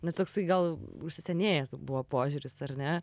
net toksai gal užsisenėjęs buvo požiūris ar ne